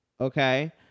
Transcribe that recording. Okay